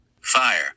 Fire